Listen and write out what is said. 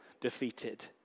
defeated